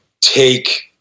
take